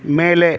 மேலே